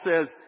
says